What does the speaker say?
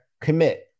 Commit